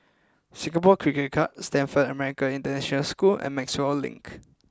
Singapore Cricket Club Stamford American International School and Maxwell Link